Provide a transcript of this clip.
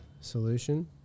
solution